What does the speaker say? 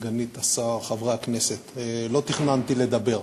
סגנית השר, חברי הכנסת, לא תכננתי לדבר,